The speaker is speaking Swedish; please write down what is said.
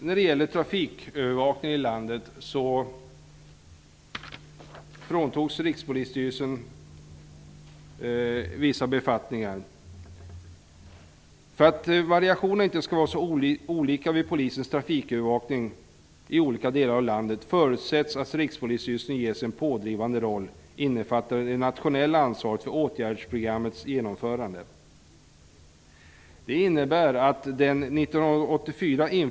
När det gäller trafikövervakningen i landet fråntogs Rikspolisstyrelsen vissa befattningar. För att variationerna inte skall vara så olika vid polisens trafikövervakning i olika delar av landet förutsätts att Rikspolisstyrelsen ges en pådrivande roll innefattande det nationella ansvaret för åtgärdsprogrammets genomförande.